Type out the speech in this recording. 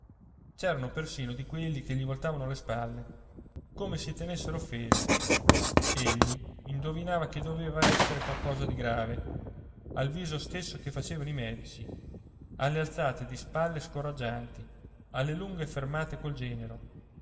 c'erano persino di quelli che gli voltavano le spalle come si tenessero offesi egli indovinava che doveva essere qualche cosa di grave al viso stesso che facevano i medici alle alzate di spalle scoraggianti alle lunghe fermate col genero